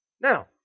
Now